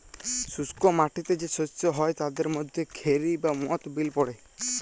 শুস্ক মাটিতে যে শস্য হ্যয় তাদের মধ্যে খেরি বা মথ বিল পড়ে